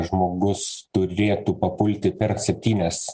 žmogus turėtų papulti per septynias